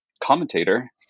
commentator